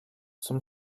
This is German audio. zum